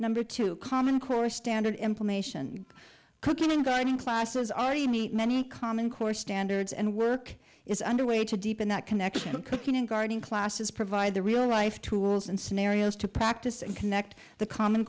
number two common core standard implementation cooking and garden classes already meet many common core standards and work is underway to deepen that connection of cooking and gardening classes provide the real life tools and scenarios to practise and connect the common